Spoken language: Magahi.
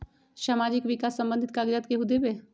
समाजीक विकास संबंधित कागज़ात केहु देबे?